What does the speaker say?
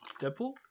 Deadpool